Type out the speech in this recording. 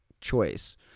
choice